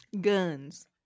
Guns